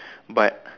but